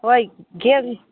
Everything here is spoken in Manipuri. ꯍꯣꯏ ꯒꯦꯝ